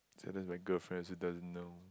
sometimes my girlfriends who doesn't know